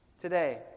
Today